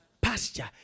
pasture